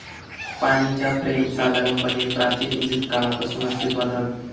पाणीच्या फ्रेम साधारणपणे प्राचिन इजिप्त काळापासून अस्तित्त्वात हत